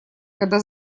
когда